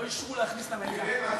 לא אישרו להכניס למליאה.